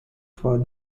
for